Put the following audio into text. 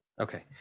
Okay